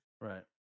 Right